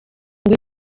ngo